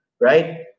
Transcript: right